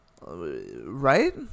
Right